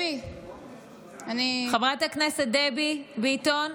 חברת הכנסת דבי ביטון,